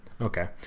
Okay